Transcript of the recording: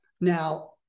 Now